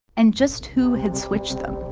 and just who had switched them?